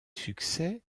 succès